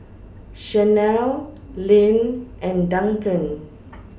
Shanelle Lynn and Duncan